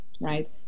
right